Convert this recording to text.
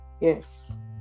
yes